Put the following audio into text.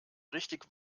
richtig